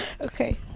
Okay